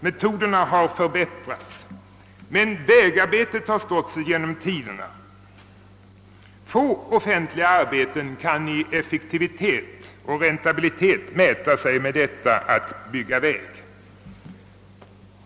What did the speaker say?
Metoderna har förbättrats, men vägarbetena har stått sig genom tiderna. Få offentliga arbeten kan i effektivitet och räntabilitet mäta sig med att bygga väg.